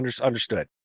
understood